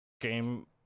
game